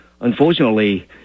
unfortunately